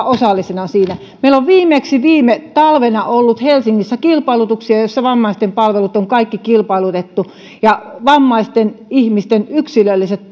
osallisena siinä meillä on viimeksi viime talvena ollut helsingissä kilpailutuksia joissa vammaisten palvelut on kaikki kilpailutettu vammaisten ihmisten yksilölliset